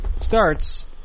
starts